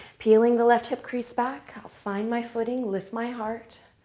peeling the left hip crease back. find my footing. lift my heart.